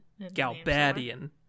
Galbadian